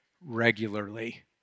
regularly